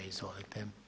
Izvolite.